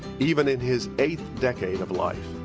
even in his eighth decade of life,